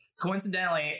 coincidentally